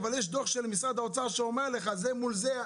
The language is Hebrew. יש דוח של משרד האוצר שאומר לך זה מול זה,